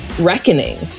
reckoning